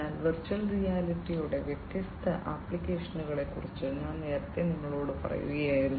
അതിനാൽ വെർച്വൽ റിയാലിറ്റിയുടെ വ്യത്യസ്ത ആപ്ലിക്കേഷനുകളെക്കുറിച്ച് ഞാൻ നേരത്തെ നിങ്ങളോട് പറയുകയായിരുന്നു